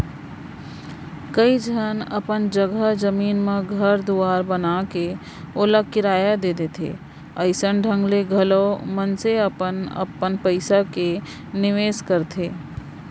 कइ झन अपन जघा जमीन म घर दुवार बनाके ओला किराया दे देथे अइसन ढंग ले घलौ मनसे मन अपन पइसा के निवेस करथे